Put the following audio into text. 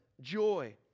joy